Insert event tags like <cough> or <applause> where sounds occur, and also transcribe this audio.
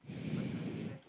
<breath>